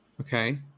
Okay